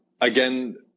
Again